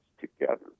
together